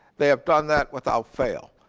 they have done that without fail,